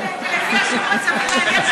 אמרתי להם, לפי השמות צריך להניח,